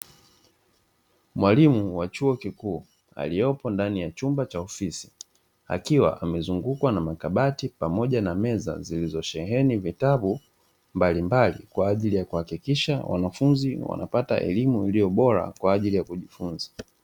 Mwalimu wa chuo kikuu aliyepo ndani ya chumba cha ofisi akiwa amezungukwa na makabati pamoja na meza zilizosheheni vitabu mbalimbali kwa ajili ya kuhakikisha wanafunzi wanapata elimu iliyobora kwa ajili ya kujifunza.